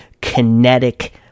kinetic